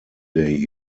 day